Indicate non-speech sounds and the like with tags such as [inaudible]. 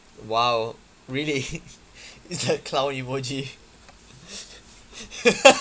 !wow! really it's a clown emoji [laughs]